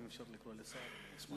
אם אפשר לקרוא לשר, אני אשמח.